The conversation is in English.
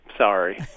Sorry